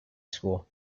school